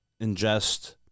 ingest